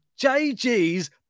JG's